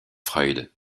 freud